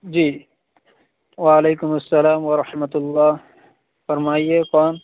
جی وعلیکم السّلام ورحمۃ اللہ فرمائیے کون